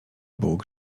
bóg